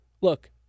look